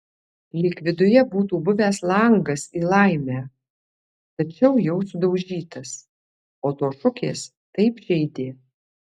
lyg viduje būtų buvęs langas į laimę tačiau jau sudaužytas o tos šukės taip žeidė